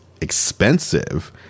expensive